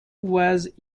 was